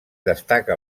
destaca